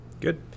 Good